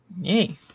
Yay